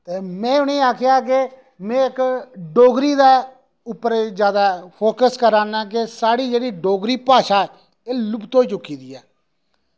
ते में उ'नें ई आखेआ कि में इक डोगरी दे उप्पर गै जैदा फोक्स करै ना कि साढ़ी जेह्ड़ी डोगरी भाशा एह् लुप्त होई चुकी दी ऐ